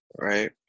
right